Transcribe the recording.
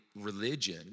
religion